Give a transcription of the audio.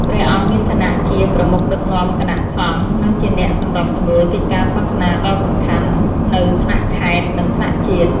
ព្រះអង្គមានឋានៈជា ប្រមុខដឹកនាំគណៈសង្ឃ និងជាអ្នកសម្របសម្រួលកិច្ចការសាសនាដ៏សំខាន់ នៅថ្នាក់ខេត្ត និងថ្នាក់ជាតិ។